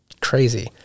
crazy